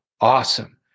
awesome